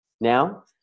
now